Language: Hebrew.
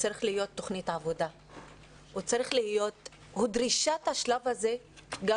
צריכה להיות תוכנית עבודה ודרישת השלב הזה גם